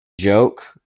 joke